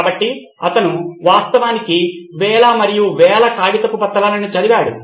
కాబట్టి అతను వాస్తవానికి వేల మరియు వేల కాగితపు పత్రాలను చదివాడు